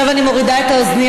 עכשיו אני מורידה את האוזנייה,